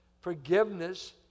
forgiveness